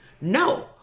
No